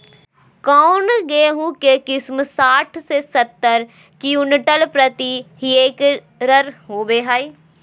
कौन गेंहू के किस्म साठ से सत्तर क्विंटल प्रति हेक्टेयर होबो हाय?